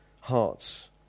hearts